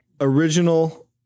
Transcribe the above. original